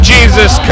Jesus